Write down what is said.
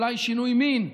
אולי שינוי מין.